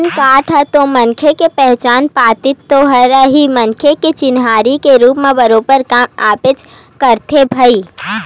PAN card ह तो मनखे के पहचान पाती तो हरे ही मनखे के चिन्हारी के रुप म बरोबर काम आबे करथे भई